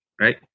right